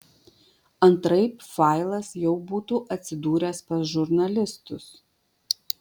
antraip failas jau būtų atsidūręs pas žurnalistus